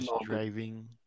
driving